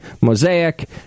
Mosaic